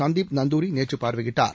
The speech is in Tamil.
சந்திப் நந்தூரி நேற்று பார்வையிட்டார்